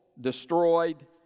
destroyed